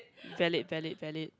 valid valid valid